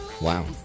Wow